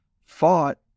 fought